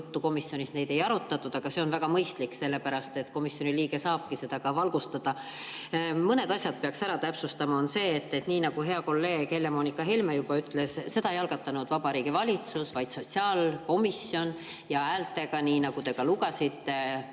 juttu. Komisjonis neid asju ei arutatud, aga see [oma jutt] on väga mõistlik, sellepärast et komisjoni liige saabki seda ka valgustada. Mõned asjad peaks ära täpsustama. Nii nagu hea kolleeg Helle-Moonika Helme ütles: seda ei algatanud Vabariigi Valitsus, vaid sotsiaalkomisjon, ja häältega, nii nagu te ette lugesite,